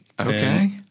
Okay